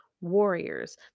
warriors